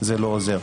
זה לא עוזר,